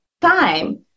time